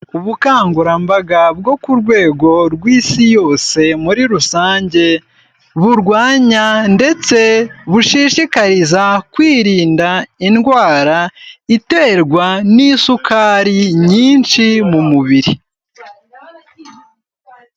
Ubukangurambaga bwo ku rwego rw'Isi yose muri rusange, burwanya ndetse bushishikariza kwirinda indwara iterwa n'isukari nyinshi mu mubiri.